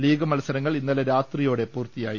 league മത്സരങ്ങൾ ഇന്നലെ രാത്രിയോടെ പൂർത്തിയായി